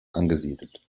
angesiedelt